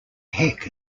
heck